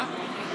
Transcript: מה?